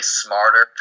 smarter